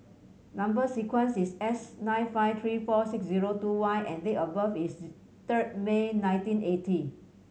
number sequence is S nine five three four six zero two Y and date of birth is third May nineteen eighty